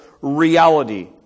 reality